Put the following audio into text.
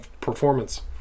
performance